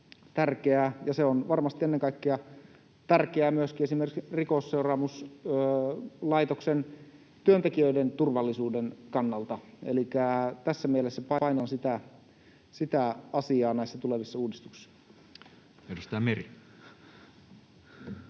se on varmasti ennen kaikkea tärkeää myöskin esimerkiksi Rikosseuraamuslaitoksen työntekijöiden turvallisuuden kannalta, elikkä tässä mielessä painotan sitä asiaa näissä tulevissa uudistuksissa. [Speech